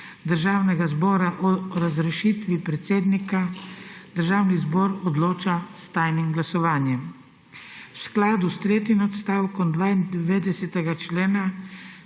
Državnega zbora o razrešitvi predsednika Državni zbor odloča s tajnim glasovanjem. V skladu s tretjim odstavkom 92. člena